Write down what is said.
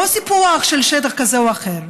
לא סיפוח של שטח כזה או אחר,